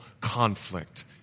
conflict